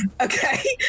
okay